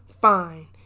fine